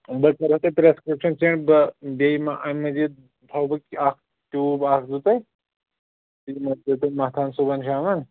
بہٕ کرو تۅہہِ پریسکرٛپشن سینٛڈ بہٕ بیٚیہِ ما اَمہِ مزیٖد تھَو بہٕ اکھ ٹوٗب اَکھ زٕ تہٕ تِتہِ ما ٲسۍزیٚو متھان صُبحن شامن